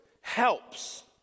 helps